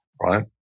right